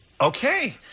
Okay